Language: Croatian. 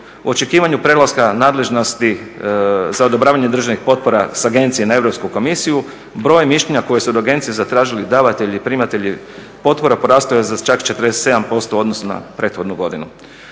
očekivanju prelaska nadležnosti za odobravanje državnih potpora sa agencije na Europsku komisiju broj mišljenja koji se od agencije zatražili davatelji i primatelji potpora porastao je za čak 47% u odnosu na prethodnu godinu.